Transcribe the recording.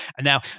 Now